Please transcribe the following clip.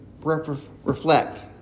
reflect